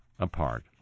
apart